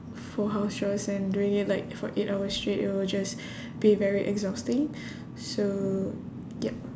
for house chores and doing it like for eight hours straight it will just be very exhausting so yup